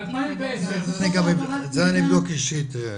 את זה אני אבדוק אישית גם.